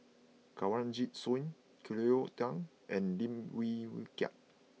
Kanwaljit Soin Cleo Thang and Lim Wee Kiak